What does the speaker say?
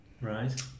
Right